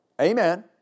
Amen